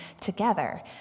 together